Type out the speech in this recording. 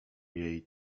jej